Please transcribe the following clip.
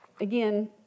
again